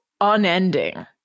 unending